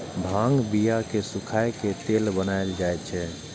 भांगक बिया कें सुखाए के तेल बनाएल जाइ छै